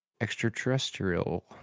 extraterrestrial